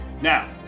Now